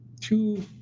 two